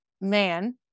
man